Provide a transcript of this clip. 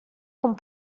com